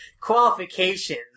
qualifications